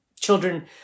children